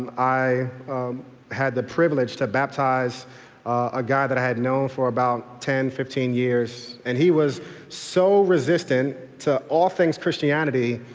i had the privilege to baptize a guy that i had known for about ten, fifteen years. and he was so resistant to all things christianity,